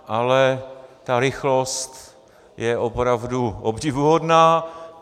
Ale ta rychlost je opravdu obdivuhodná.